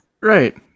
Right